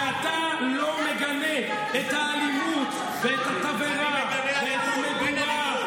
שלא מגנה את האלימות ואת התבערה ואת המדורה.